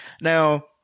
now